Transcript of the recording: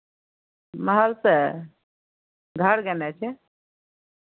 महलसँ घर गेनाइ छै